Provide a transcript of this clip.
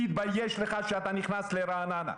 תתבייש לך שאתה נכנס לרעננה.